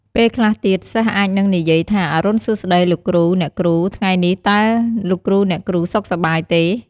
ពេលខ្លះទៀត សិស្សអាចនឹងនិយាយថា អរុណសួស្ដី លោកគ្រូ អ្នកគ្រូ ថ្ងៃនេះ តើលោកគ្រូ អ្នកគ្រូសុខសប្បាយទេ?